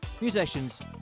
musicians